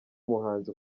umuhanzi